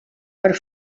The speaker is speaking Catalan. per